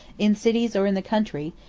in cities or in the country,